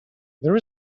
there